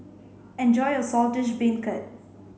enjoy your Saltish Beancurd